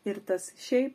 ir tas šiaip